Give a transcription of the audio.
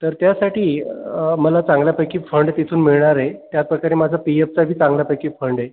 तर त्यासाठी मला चांगल्यापैकी फंड तिथून मिळणार आहे त्या प्रकारे माझा पी एपचाबी चांगल्यापैकी फंड आहे